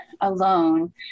alone